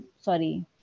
Sorry